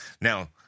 now